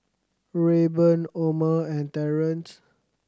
Rayburn Omer and Terence